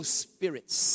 spirits